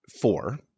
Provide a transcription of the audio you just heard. four